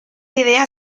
idea